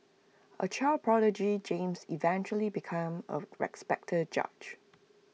A child prodigy James eventually became A respected judge